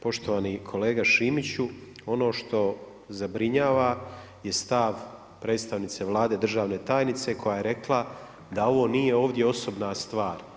Poštovani kolega Šimiću ono što zabrinjava, je stav predstavnice Vlade, državne tajnice, koja je rekla da ovo nije ovdje osobna stvar.